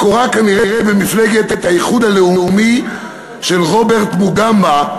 מקורה כנראה במפלגת האיחוד הלאומי של רוברט מוגאבה,